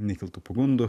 nekiltų pagundų